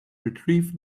retrieve